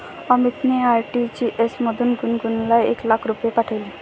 अमितने आर.टी.जी.एस मधून गुणगुनला एक लाख रुपये पाठविले